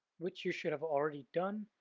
which you should have already done,